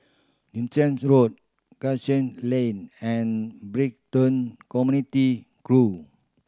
Road Cashew Link and Brighton Community Grove